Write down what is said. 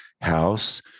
house